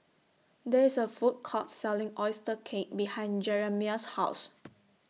There IS A Food Court Selling Oyster Cake behind Jeramiah's House